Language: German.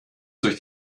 durch